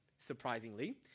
surprisingly